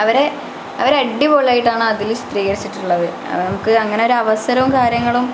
അവരെ അവരടിപൊളിയായിട്ടാണ് അതിൽ ചിത്രീകരിച്ചിട്ടുള്ളത് അത് നമുക്ക് അങ്ങനൊരു അവസരവും കാര്യങ്ങളും